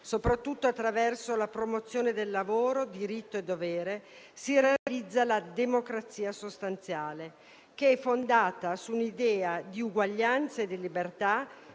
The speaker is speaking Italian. particolare, attraverso la promozione del lavoro, diritto e dovere, si realizza la democrazia sostanziale, fondata su un'idea di eguaglianza e di libertà.